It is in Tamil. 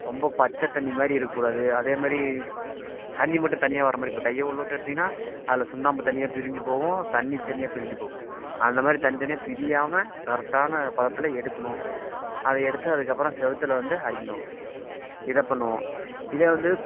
ரொம்ப பச்சைத்தண்ணி மாதிரி இருக்கக்கூடாது அதேமாதிரி தண்ணி மட்டும் தனியாக வர மாதிரி இப்போ கையை உள்ள விட்டு எடுத்தீங்கன்னால் அதில் சுண்ணாம்பு தனியாக பிரிஞ்சு போகும் தண்ணி தனியாக பிரிஞ்சு போகும் அந்த மாதிரி தனி தனியாக பிரியாமல் கரெக்டான பதத்தில் எடுக்கணும் அதை எடுத்து அதுக்கப்புறம் செவத்துல வந்து அடிக்கணும் இதை பண்ணுவோம் இதே வந்து